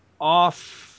off